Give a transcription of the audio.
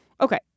Okay